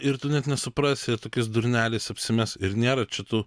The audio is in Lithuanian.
ir tu net nesuprasi jie tokiais durneliais apsimes ir nėra čia tu